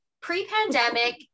pre-pandemic